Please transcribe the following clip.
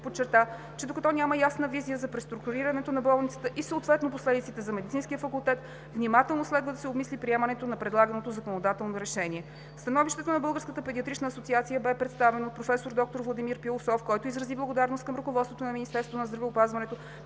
подчерта, че докато няма ясна визия за преструктурирането на болницата и съответно последиците за Медицинския факултет, внимателно следва да се обмисли приемането на предлаганото законодателно решение. Становището на Българската педиатрична асоциация беше представено от професор доктор Владимир Пилософ, който изрази благодарност към ръководството на Министерството на здравеопазването,